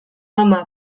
ama